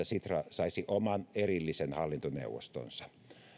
sitra saisi oman erillisen hallintoneuvostonsa